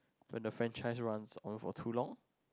when the franchise runs on for too long